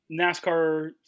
NASCAR